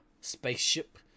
spaceship